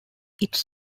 its